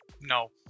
No